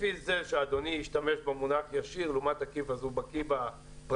לפי זה שאדוני השתמש במונח "ישיר" לעומת "עקיף" אז הוא בקי בפרטים,